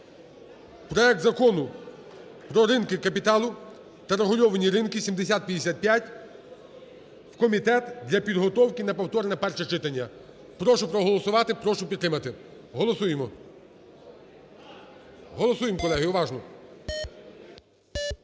проект Закону про ринки капіталу та регульовані ринки 7055 в комітет для підготовки на повторне перше читання. Прошу проголосувати, прошу підтримати. Голосуємо. Голосуємо, колеги, уважно.